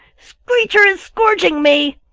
screecher is scrouging me!